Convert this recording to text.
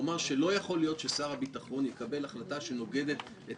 הוא אמר שלא יכול להיות ששר הביטחון יקבל החלטה שנוגדת את